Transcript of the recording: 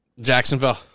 Jacksonville